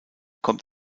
kommt